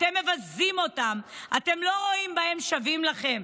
אתם מבזים אותם, את לא רואים בהם שווים לכם.